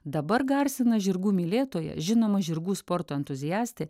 dabar garsina žirgų mylėtoja žinoma žirgų sporto entuziastė